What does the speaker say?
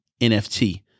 NFT